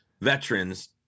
veterans